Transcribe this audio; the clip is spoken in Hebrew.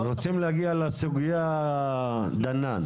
רוצים להגיע לסוגייה דנן.